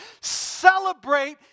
Celebrate